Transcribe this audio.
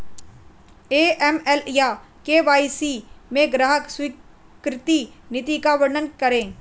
AML या KYC में ग्राहक स्वीकृति नीति का वर्णन करें?